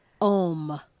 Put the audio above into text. Om